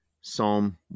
Psalm